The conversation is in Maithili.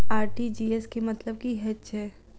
आर.टी.जी.एस केँ मतलब की हएत छै?